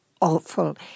Awful